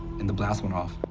and the blast went off.